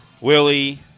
Willie